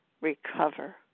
recover